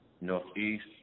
Northeast